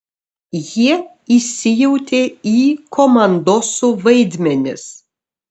jie įsijautė į komandosų vaidmenis